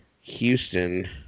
Houston